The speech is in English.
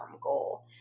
goal